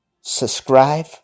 subscribe